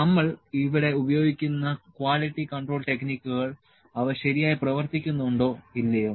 നമ്മൾ ഇവിടെ ഉപയോഗിക്കുന്ന ക്വാളിറ്റി കൺട്രോൾ ടെക്നിക്കുകൾ അവ ശരിയായി പ്രവർത്തിക്കുന്നുണ്ടോ ഇല്ലയോ